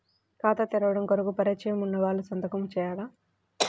ఖాతా తెరవడం కొరకు పరిచయము వున్నవాళ్లు సంతకము చేయాలా?